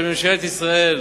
אני חושב שממשלת ישראל